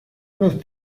los